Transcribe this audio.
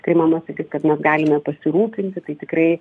kai mama sakys kad mes galime pasirūpinti tai tikrai